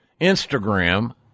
Instagram